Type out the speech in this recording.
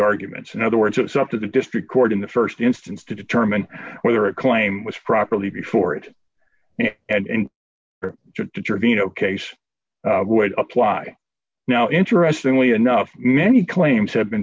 arguments in other words it's up to the district court in the st instance to determine whether a claim was properly before it and trevino case would apply now interestingly enough many claims have been